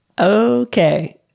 Okay